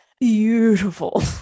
Beautiful